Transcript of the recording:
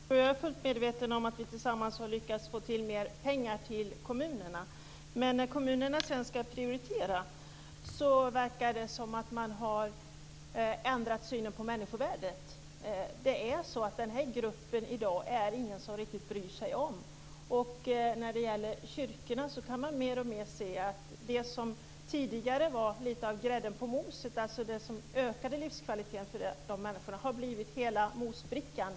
Herr talman! Jag är fullt medveten om att vi tillsammans har lyckats få fram mer pengar till kommunerna. Men när de sedan ska prioritera verkar det som synen på människovärdet har förändrats. I dag finns det ingen som riktigt bryr sig om den här gruppen. I kyrkorna kan man mer och mer se att det som tidigare var lite av grädden på moset, alltså det som ökade livskvaliteten för människorna, nu har blivit hela mosbrickan.